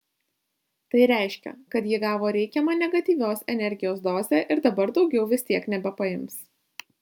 tai reiškia kad ji gavo reikiamą negatyvios energijos dozę ir dabar daugiau vis tiek nebepaims